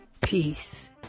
Peace